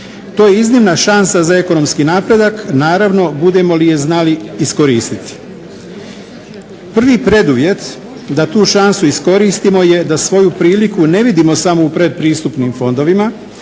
To je iznimna šansa za ekonomski napredak, naravno budemo li je znali iskoristiti. Prvi preduvjet da tu šansu iskoristimo je da svoju priliku ne vidimo samo u pretpristupnim fondovima,